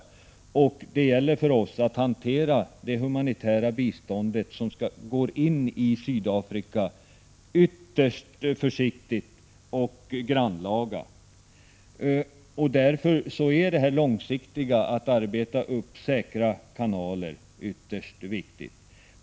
Det gäller för oss att ytterst försiktigt och grannlaga hantera det humanitära bistånd som går in i Sydafrika. Därför är det mycket viktigt att långsiktigt arbeta med säkra kanaler.